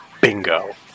Bingo